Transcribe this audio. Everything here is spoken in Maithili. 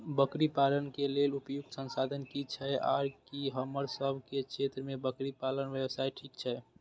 बकरी पालन के लेल उपयुक्त संसाधन की छै आर की हमर सब के क्षेत्र में बकरी पालन व्यवसाय ठीक छै?